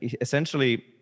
essentially